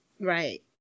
right